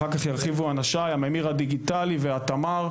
אחר כך ירחיבו אנשיי הממיר דיגיטלי והתמ"ר,